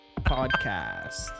Podcast